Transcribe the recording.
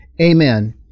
amen